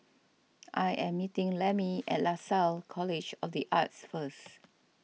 I am meeting Lemmie at Lasalle College of the Arts first